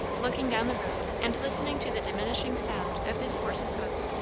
looking down the road and listening to the diminishing sound of his horse's hoofs.